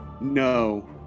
no